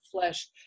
flesh